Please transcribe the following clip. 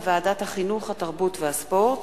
שהחזירה ועדת החינוך, התרבות והספורט,